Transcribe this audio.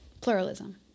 Pluralism